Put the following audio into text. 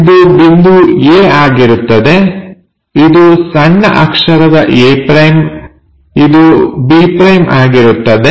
ಇದು ಬಿಂದು a ಆಗಿರುತ್ತದೆ ಇದು ಸಣ್ಣ ಅಕ್ಷರದ a' ಇದು b' ಆಗಿರುತ್ತದೆ